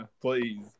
please